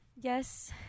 Yes